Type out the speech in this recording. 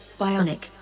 Bionic